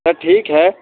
अ ठीक है